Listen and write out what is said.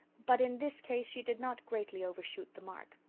but in this case she did not greatly overshoot the mark.